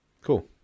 cool